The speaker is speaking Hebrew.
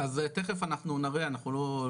אז תיכף אנחנו נראה, אנחנו לא,